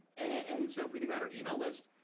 and so if we think about our email list,